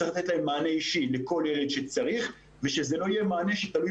צריך לתת מענה אישי לכל ילד שצריך ושזה לא יהיה מענה שתלוי